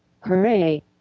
Hooray